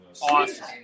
awesome